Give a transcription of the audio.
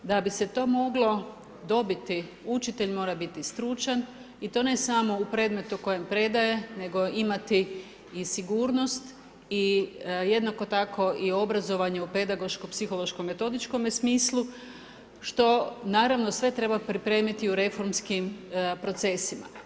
Da bi se to moglo dobiti, učitelj mora biti stručan i to ne samo u predmetu koji predaje, nego imati i sigurnost i jednako tako i obrazovanje u pedagoško psihološko metodičkome smislu, što naravno sve treba pripremiti u reformskim procesima.